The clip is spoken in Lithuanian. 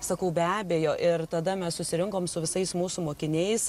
sakau be abejo ir tada mes susirinkom su visais mūsų mokiniais